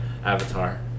Avatar